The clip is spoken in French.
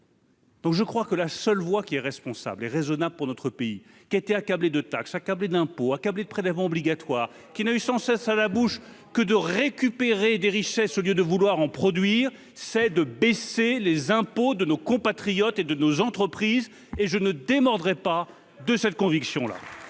Donc je crois que la seule voie qui est responsable et raisonnable pour notre pays qui étaient accablés de taxes accablés d'impôts accablés de prélèvements obligatoires qui n'a eu sans cesse à la bouche que de récupérer des richesses au lieu de vouloir en produire, c'est de baisser les impôts de nos compatriotes et de nos entreprises et je ne démordrai pas de cette conviction là.